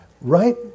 Right